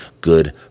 good